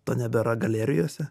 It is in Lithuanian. to nebėra galerijose